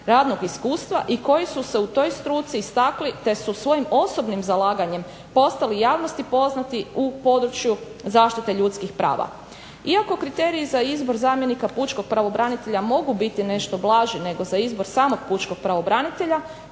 radnog iskustva i koje su se u toj struci istakli te su svojim osobnim zalaganjem postali javnosti poznati u području zaštite ljudskih prava. Iako kriteriji za izbor zamjenika pučkog pravobranitelja mogu biti nešto blaži nego za izbor samog pučkog pravobranitelja